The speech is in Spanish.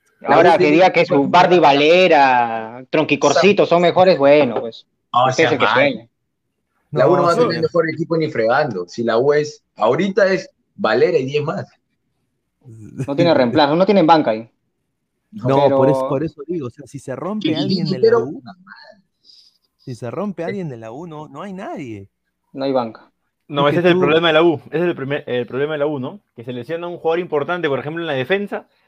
Ahora, que Ahorita, diga que su Bardi Valera, Tronquicorcito son mejores, bueno, pues, No, usted sea es el que madre. sueña. La U no va a tener No. mejor equipo ni fregando. Si la U es- ahorita es Valera y 10 más. No tiene reemplazo, no tienen banca ahí. No. No, por eso- Pero- por eso digo, o sea, si se rompe Chiquitín, alguien de la pero- U, si se rompe Sí. alguien de la U, no- no hay nadie. No hay banca. No, Porque ese es el tú- problema de la U, ese es el primer- el problema de la U, ¿no? Que se lesiona un jugador importante, por ejemplo, en la defensa,